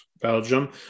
Belgium